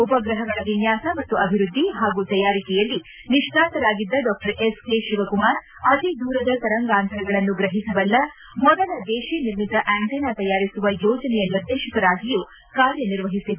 ಉಪಗ್ರಹಗಳ ವಿನ್ಯಾಸ ಮತ್ತು ಅಭಿವೃದ್ದಿ ಮತ್ತು ತಯಾರಿಕೆಯಲ್ಲಿ ನಿಷ್ಣಾತರಾಗಿದ್ದ ಡಾ ಎಸ್ ಕೆ ಶಿವಕುಮಾರ್ ಅತಿ ದೂರದ ತರಂಗಾಂತರಗಳನ್ನು ಗ್ರಹಿಸಬಲ್ಲ ಮೊದಲ ದೇಶಿ ನಿರ್ಮಿತ ಆ್ಯಂಟೇನಾ ತಯಾರಿಸುವ ಯೋಜನೆಯ ನಿರ್ದೇಶಕರಾಗಿಯೂ ಕಾರ್ಯನಿರ್ವಹಿಸಿದ್ದರು